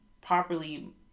properly